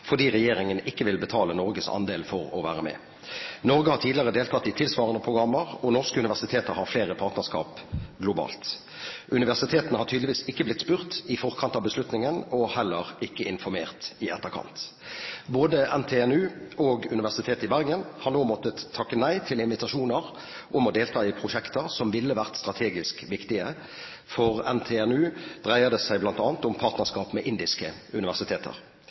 fordi regjeringen ikke vil betale Norges andel for å være med. Norge har tidligere deltatt i tilsvarende programmer, og norske universiteter har flere partnerskap globalt. Universitetene har tydeligvis ikke blitt spurt i forkant av beslutningen og heller ikke blitt informert i etterkant. Både NTNU og Universitetet i Bergen har nå måttet takke nei til invitasjoner om å delta i prosjekter som ville vært strategisk viktige. For NTNU dreier det seg bl.a. om partnerskap med indiske universiteter.